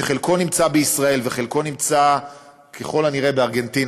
שחלקו נמצא בישראל וחלקו נמצא ככל הנראה בארגנטינה,